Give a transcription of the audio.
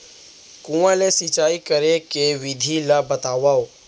कुआं ले सिंचाई करे के विधि ला बतावव?